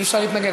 אי-אפשר להתנגד.